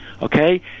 Okay